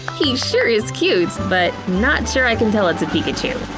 he sure is cute but not sure i can tell it's a pikachu.